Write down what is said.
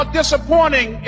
disappointing